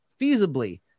feasibly